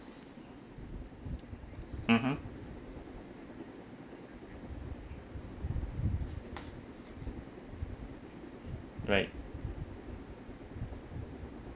mmhmm right